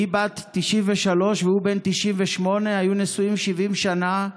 היא בת 93 והוא בן 98, שהיו נשואים 70 שנה,